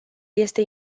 este